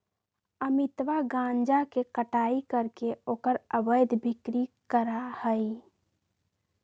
अमितवा गांजा के कटाई करके ओकर अवैध बिक्री करा हई